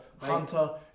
Hunter